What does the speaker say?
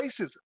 racism